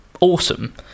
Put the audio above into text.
awesome